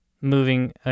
moving